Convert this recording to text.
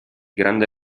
grande